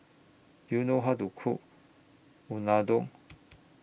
Do YOU know How to Cook Unadon